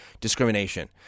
Discrimination